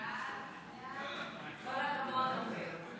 ההצעה להעביר את